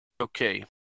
Okay